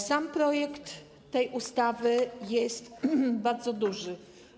Sam projekt tej ustawy jest bardzo duży.